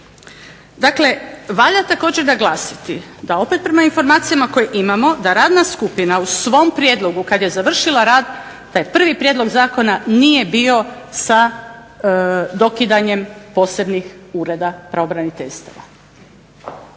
Dakle valja također naglasiti da opet prema informacijama koje imamo, da radna skupina u svom prijedlogu kad je završila rad, taj prvi prijedlog zakona nije bio sa dokidanjem posebnih ureda pravobraniteljstava,